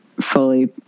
fully